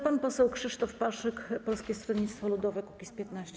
Pan poseł Krzysztof Paszyk, Polskie Stronnictwo Ludowe - Kukiz15.